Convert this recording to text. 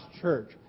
church